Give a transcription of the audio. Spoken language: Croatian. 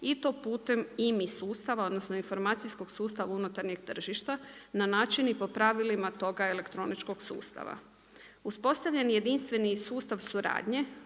i to putem IMI sustava, odnosno informacijskog sustava unutarnjeg tržišta, na način i po pravilima toga elektroničkog sustava. Uspostavljeni jedinstveni sustav suradnje,